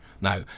Now